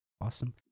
awesome